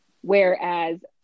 Whereas